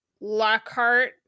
lockhart